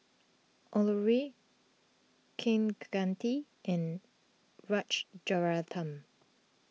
Alluri Kaneganti and Rajaratnam